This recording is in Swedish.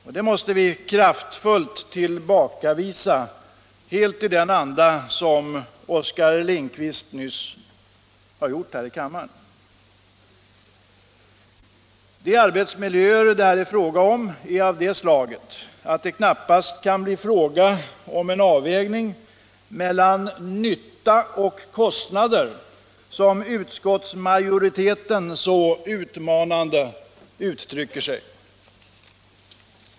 Detta måste vi kraftfullt tillbakavisa helt i den anda som Oskar Lindkvist nyss har gjort här i kammaren. De arbetsmiljöer det här gäller är av det slaget att det knappast kan bli fråga om en avvägning mellan nytta och kostnader, som utskotts majoriteten så utmanande uttrycker sig.